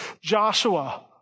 Joshua